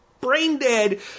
brain-dead